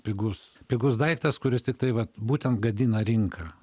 pigus pigus daiktas kuris tiktai vat būtent gadina rinką